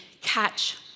catch